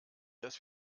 dass